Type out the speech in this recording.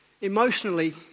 emotionally